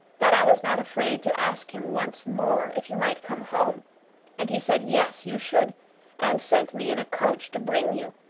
that i was not afraid to ask him once more if you might come home and he said yes, you should and sent me in a coach to bring you.